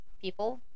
people